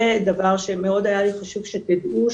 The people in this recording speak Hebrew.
זה דבר שמאוד היה לי חשוב שתדעו,